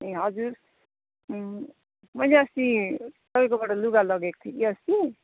ए हजुर मैले अस्ति तपाईँकोबाट लुगा लगेको थिएँ कि अस्ति